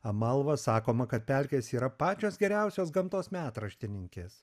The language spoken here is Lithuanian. amalva sakoma kad pelkės yra pačios geriausios gamtos metraštininkės